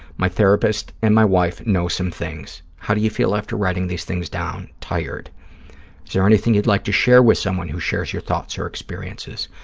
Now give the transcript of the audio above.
my therapist and my wife know some things. how do you feel after writing these things down? tired there anything you'd like to share with someone who shares your thoughts or experiences?